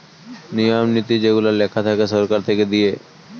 নিয়ম নীতি যেগুলা লেখা থাকে সরকার থেকে দিয়ে